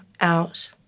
out